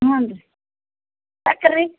ಹ್ಞೂನ್ರಿ ಸಕ್ಕರೆ